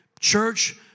Church